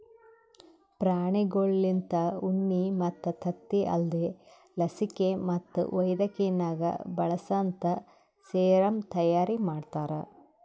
ಪ್ರಾಣಿಗೊಳ್ಲಿಂತ ಉಣ್ಣಿ ಮತ್ತ್ ತತ್ತಿ ಅಲ್ದೇ ಲಸಿಕೆ ಮತ್ತ್ ವೈದ್ಯಕಿನಾಗ್ ಬಳಸಂತಾ ಸೆರಮ್ ತೈಯಾರಿ ಮಾಡ್ತಾರ